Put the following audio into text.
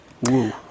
Woo